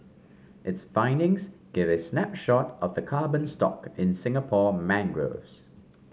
its findings give a snapshot of the carbon stock in Singapore mangroves